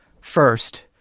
first